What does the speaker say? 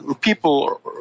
people